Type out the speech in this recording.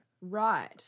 Right